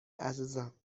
عزیزم